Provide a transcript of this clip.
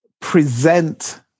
present